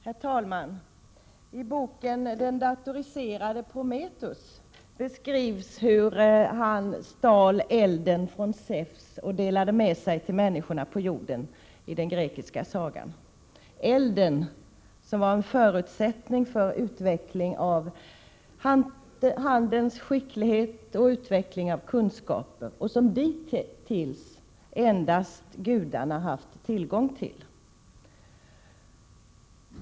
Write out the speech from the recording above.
Herr talman! I boken Den datoriserade Prometheus beskrivs hur haniden 18 maj 1988 grekiska sagan stal elden från Zeus och delade med sig till människorna på jorden — elden, som var en förutsättning för utveckling av handens skicklighet och utveckling av kunskaper och som dittills endast gudarna haft tillgång till.